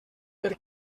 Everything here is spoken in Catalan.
per